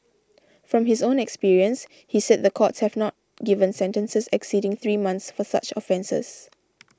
from his own experience he said the courts have not given sentences exceeding three months for such offences